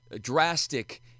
drastic